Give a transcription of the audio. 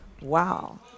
wow